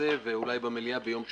ואולי במליאה ביום שני-שלישי.